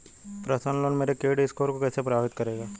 Personal loan मेरे credit score को कैसे प्रभावित करेगा?